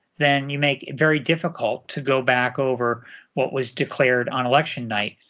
then you make it very difficult to go back over what was declared on election night.